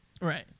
Right